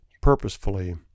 purposefully